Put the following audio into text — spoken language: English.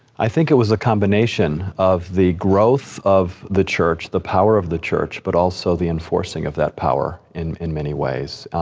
i think it was a combination of the growth of the church, the power of the church, but also the enforcing of that power in, in many ways.